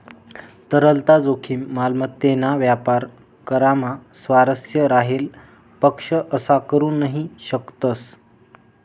तरलता जोखीम, मालमत्तेना व्यापार करामा स्वारस्य राहेल पक्ष असा करू नही शकतस